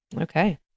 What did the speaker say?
Okay